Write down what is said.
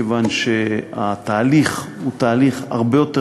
מכיוון שהתהליך הוא תהליך הרבה יותר